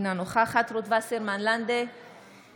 אינה נוכחת רות וסרמן לנדה,